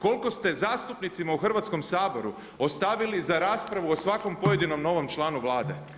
Koliko ste zastupnicima u Hrvatskom saboru ostavili za raspravu o svakom pojedinom novom članu Vlade?